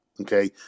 Okay